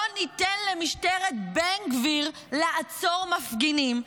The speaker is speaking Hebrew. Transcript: לא ניתן למשטרת בן גביר לעצור מפגינים,